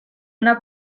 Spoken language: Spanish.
una